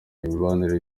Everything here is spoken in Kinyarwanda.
imibanire